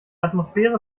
atmosphäre